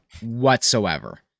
whatsoever